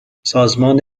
سازمان